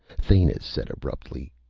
thanis said abruptly,